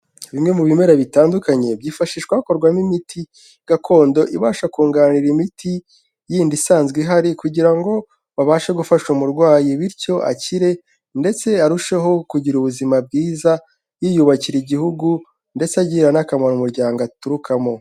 Bimwe mu bimera bitandukanye, byifashishwa hakorwamo imiti gakondo ibasha kunganira imiti yindi isanzwe ihari, kugira ngo babashe gufasha umurwayi, bityo akire ndetse arusheho kugira ubuzima bwiza yiyubakira Igihugu ndetse agirira n'akamaro umuryango aturukamo.